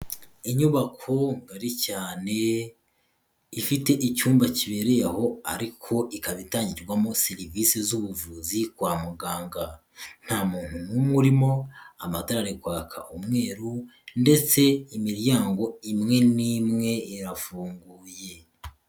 Inyubako ngari cyane, ifite icyumba kibereye aho ariko ikaba itangirwamo serivisi z'ubuvuzi kwa muganga, nta muntu n'umwe urimo amatara ari kwaka umweru ndetse imiryango imwe n'imwe irafunguye.